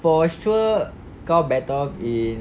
for sure kau better off in